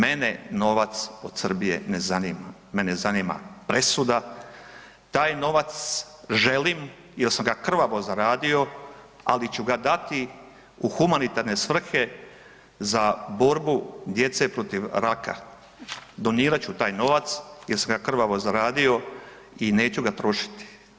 Mene novac od Srbije ne zanima, mene zanima presuda, taj novac želim jer sam ga krvavo zaradio ali ću ga dati u humanitarne svrhe za borbu djece protiv raka, donirat ću taj novac jer sam ga krvavo zaradio i neću ga trošiti.